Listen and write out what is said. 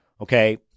okay